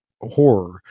horror